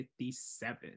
57